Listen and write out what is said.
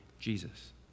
Jesus